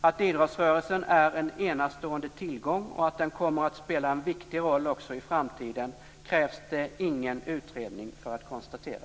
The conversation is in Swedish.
Att idrottsrörelsen är en enastående tillgång och att den kommer att spela en viktig roll också i framtiden krävs det ingen utredning för att konstatera.